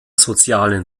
sozialen